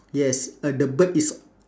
yes uh the bird is